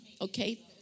Okay